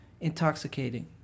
intoxicating